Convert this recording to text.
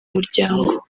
muryango